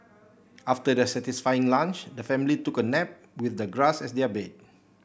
after their satisfying lunch the family took a nap with the grass as their bed